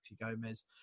Gomez